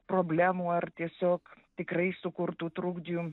problemų ar tiesiog tikrai sukurtų trukdžių